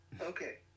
okay